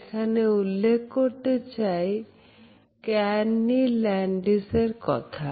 এখানে উল্লেখ করতে চাই Carney Landis কথা